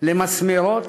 למסמרות